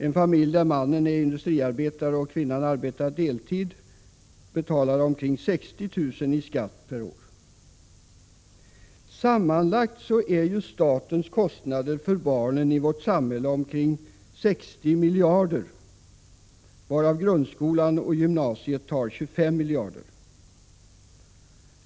En familj där mannen är industriarbetare och kvinnan arbetar deltid betalar omkring 60 000 kr. i skatt per år. Sammanlagt är statens kostnader för barnen i vårt samhälle omkring 60 miljarder, varav grundskolan och gymnasiet tar 25 miljarder.